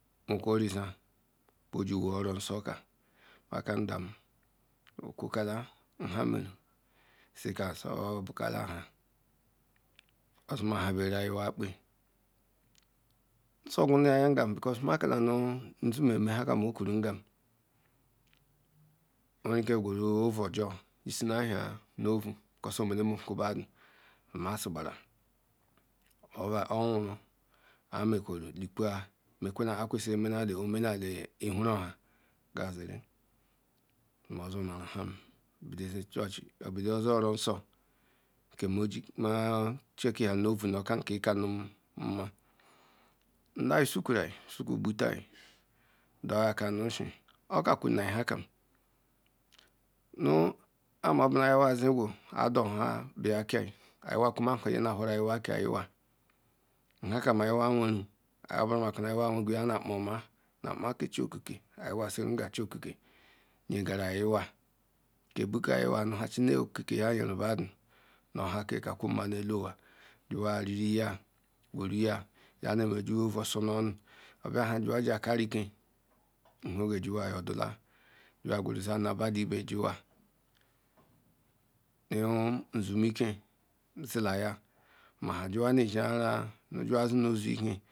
Poorko ri za be je wu oro nso ka ma ka ndem okave kola nha hery elka so ba kula la ozima nha boarerz ay kpe nsoqa ayingam neka nu zugum oma halam okburn ngom overaler qhwerm ounojo yishim aher nu a'r belanomena obedy. Si mazibare ontwa amaldieva Likwa makas metkachama kwesti omana oenedly thorunks Kaziri zomara Lam befe oze tron nso kerne chrate hara no onu kak kanu nma ndia sukura skabatai doayi aka nu nisi okakwe nai hakam oko na nu aje wa zegwa ado nna bala kal ayma kwe banahur upnua ke agina nhake auiwaweru obara nu ayiwa weqwury nu a pa oma lyinea cenga chiokila nye gara ayawa nha chiywkuka jayeru badu yakakakwo nu elu wa juwa nya gwera ya nme oua osor nonu ogbianha calaamka oke juwa yardala juhas qwera ziara beda ibe tawa nu izamenike zelaya hajuwa bezicayars jawea zinozake.